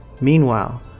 Meanwhile